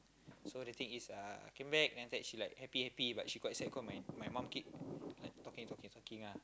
so the thing is uh I came back and then after that she like happy happy but she quite sad cause my my mom keep like talking talking talking ah